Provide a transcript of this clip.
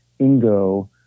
Ingo